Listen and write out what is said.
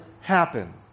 happen